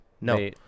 No